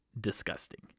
disgusting